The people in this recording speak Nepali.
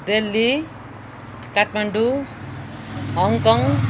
दिल्ली काठमाडौँ हङकङ